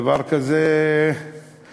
דבר כזה מעודד.